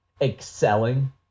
excelling